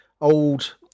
old